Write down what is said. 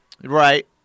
right